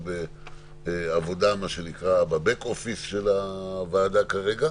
בעבודה בבק-אופיס של הוועדה כרגע.